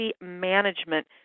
Management